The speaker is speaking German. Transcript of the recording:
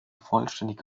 vollständige